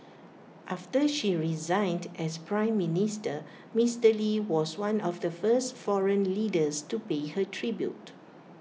after she resigned as Prime Minister Mister lee was one of the first foreign leaders to pay her tribute